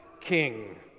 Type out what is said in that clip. King